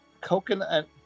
coconut